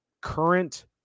current